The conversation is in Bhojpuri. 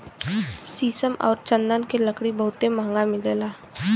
शीशम आउर चन्दन के लकड़ी बहुते महंगा मिलेला